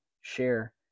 share